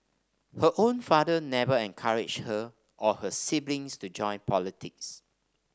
her own father never encouraged her or her siblings to join politics